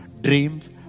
dreams